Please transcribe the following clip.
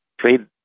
trade